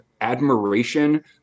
admiration